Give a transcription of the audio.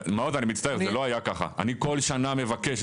אני מצטער,